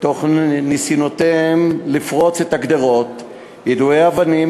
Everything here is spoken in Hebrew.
בניסיונות לפרוץ את הגדרות וביידוי אבנים.